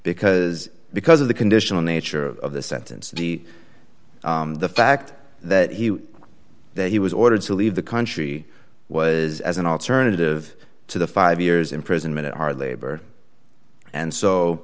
because because of the conditional nature of the sentence the fact that he that he was ordered to leave the country was as an alternative to the five years imprisonment hard labor and